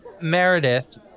Meredith